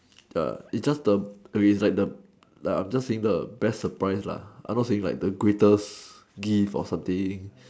ya it's just the okay like it's like the I'm just saying the best surprise lah I'm not saying the greatest gift or something